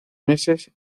meses